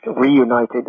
reunited